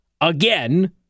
again